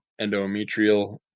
endometrial